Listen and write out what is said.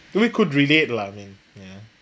we could relate lah I mean ya